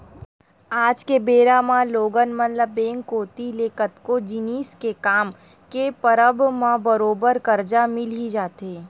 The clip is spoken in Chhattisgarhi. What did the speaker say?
आज के बेरा म लोगन मन ल बेंक कोती ले कतको जिनिस के काम के परब म बरोबर करजा मिल ही जाथे